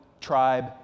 tribe